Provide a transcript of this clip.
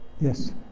Yes